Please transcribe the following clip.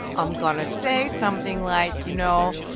i'm going to say something like, you know,